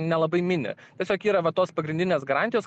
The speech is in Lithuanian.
nelabai mini tiesiog yra va tos pagrindinės garantijos